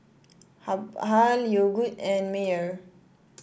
Habhal Yogood and Mayer